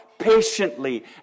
patiently